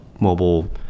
mobile